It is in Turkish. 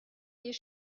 bir